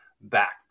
back